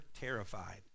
terrified